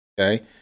okay